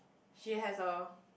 she has a